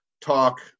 talk